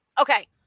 Okay